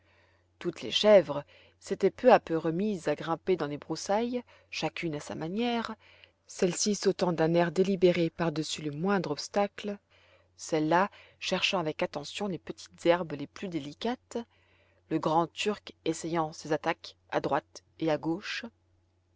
toutes les chèvres s'étaient peu à peu remises à grimper dans les broussailles chacune à sa manière celles-ci sautant d'un air délibéré par-dessus le moindre obstacle celles-là cherchant avec attention les petites herbes les plus délicates le grand turc essayant ses attaques à droite et à gauche